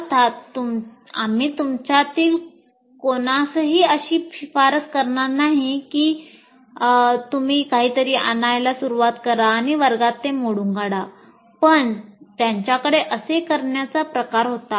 अर्थात आम्ही तुमच्यातील कोणालाही अशी शिफारस करणार नाही की तुम्ही काहीतरी आणायला सुरवात करा आणि वर्गात ते मोडून काढा पण त्यांच्याकडे असे करण्याचा प्रकार होता